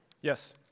Yes